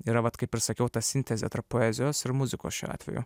yra vat kaip ir sakiau ta sintezė tarp poezijos ir muzikos šiuo atveju